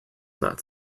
not